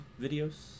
videos